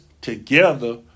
together